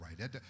right